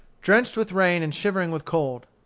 drenched with rain and shivering with cold.